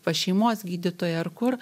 pas šeimos gydytoją ar kur